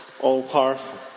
all-powerful